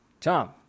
Tom